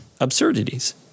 absurdities